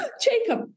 Jacob